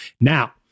Now